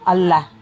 Allah